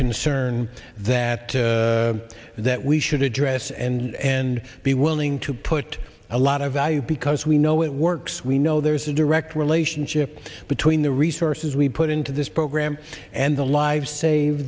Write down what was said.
concern that that we should address and be willing to put a lot of value because we know it works we know there's a direct relationship between the resources we put into this program and the lives save